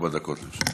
ארבע דקות לרשותך.